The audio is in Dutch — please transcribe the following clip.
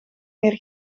meer